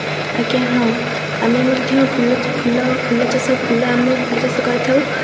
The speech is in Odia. ଆଜ୍ଞା ହଁ ଆମେ ମଧ୍ୟ ଫୁଲ ଫୁଲ ଫୁଲ ଚାଷ ଫୁଲ ଆମେ ଫୁଲ ଚାଷ କରିଥାଉ